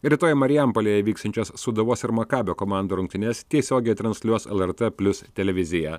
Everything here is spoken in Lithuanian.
rytoj marijampolėje vyksiančias sūduvos ir makabio komandų rungtynes tiesiogiai transliuos lrt plius televizija